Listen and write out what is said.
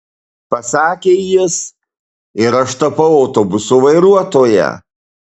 pasakė jis ir aš tapau autobuso vairuotoja